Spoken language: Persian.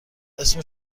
اسم